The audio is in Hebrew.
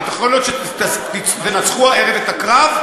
יכול להיות שתנצחו הערב בקרב,